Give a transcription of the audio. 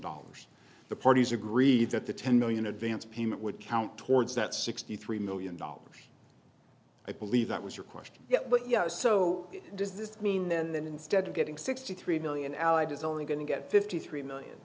dollars the parties agreed that the ten million advance payment would count towards that sixty three million dollars i believe that was your question but yeah so does this mean then that instead of getting sixty three million allied is only going to get fifty three million